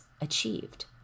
achieved